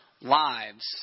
lives